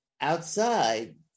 outside